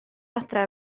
adre